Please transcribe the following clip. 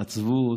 עצבות,